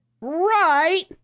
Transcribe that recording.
right